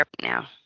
now